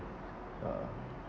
uh